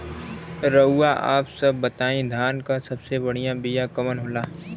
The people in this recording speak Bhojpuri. रउआ आप सब बताई धान क सबसे बढ़ियां बिया कवन होला?